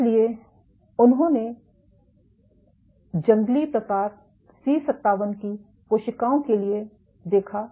इसलिए उन्होंने जंगली प्रकार सी57 की कोशिकाओं के लिए देखा